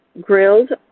grilled